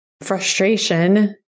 frustration